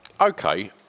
Okay